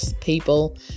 people